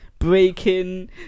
breaking